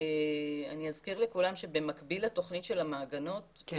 אני אזכיר לכולם שבמקביל לתוכנית של המעגנות,